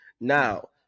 Now